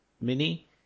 mini